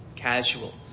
casual